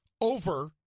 over